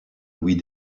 louis